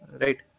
Right